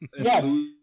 Yes